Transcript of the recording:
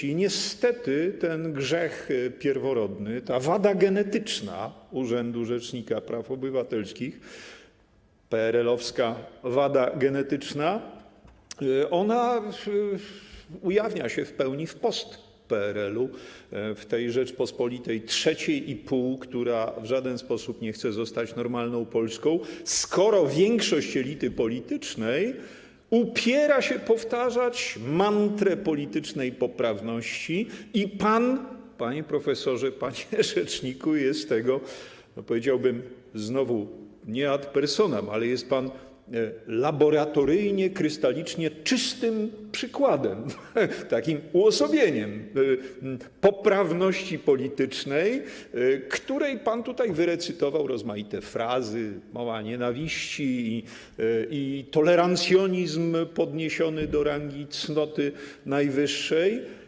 I niestety ten grzech pierworodny, ta wada genetyczna urzędu rzecznika praw obywatelskich, PRL-owska wada genetyczna ujawnia się w pełni w post-PRL-u, w tej Rzeczypospolitej III i pół, która w żaden sposób nie chce zostać normalną Polską, skoro większość elity politycznej upiera się powtarzać mantrę politycznej poprawności i pan, panie profesorze, panie rzeczniku, jest tego, powiedziałbym - znowu, nie ad personam, ale jest pan - laboratoryjnie, krystalicznie czystym przykładem, takim uosobieniem poprawności politycznej, której pan tutaj wyrecytował rozmaite frazy: mowa nienawiści i tolerancjonizm podniesiony do rangi cnoty najwyższej.